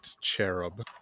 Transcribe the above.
cherub